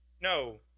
No